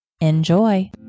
Enjoy